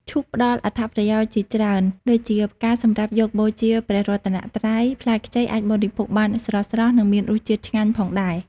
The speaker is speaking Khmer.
ឈូកផ្តល់អត្ថប្រយោជន៍ជាច្រើនដូចជា ផ្កាសម្រាប់យកបូជាព្រះរតនត្រ័យ, ផ្លែខ្ចីអាចបរិភោគបានស្រស់ៗ និងមានរសជាតិឆ្ងាញ់ផងដែរ ។